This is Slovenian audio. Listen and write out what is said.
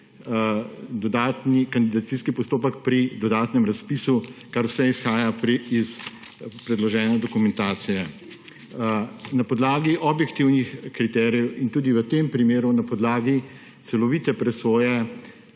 dodatni kandidacijski postopek pri dodatnem razpisu, kar vse izhaja iz predložene dokumentacije. Na podlagi objektivnih kriterijev in tudi v tem primeru na podlagi celovite presoje